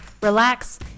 relax